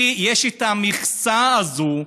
כי יש את המכסה הזאת.